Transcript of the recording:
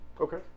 Okay